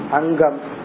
angam